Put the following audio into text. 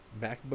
MacBook